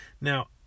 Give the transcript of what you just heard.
Now